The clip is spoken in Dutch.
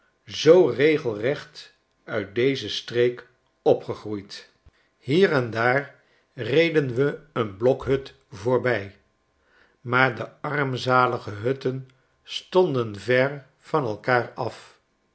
uit deze streek opgegroeid hier en daar reden we een blokhut voorbij maar de armzalige hutten stonden ver van elkaar af